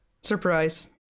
Surprise